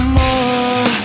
more